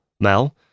Mel